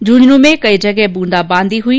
झुंझन् में कई जगह बूंदा बांदी हुई